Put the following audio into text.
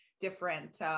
different